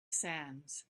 sands